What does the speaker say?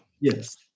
yes